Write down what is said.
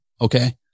Okay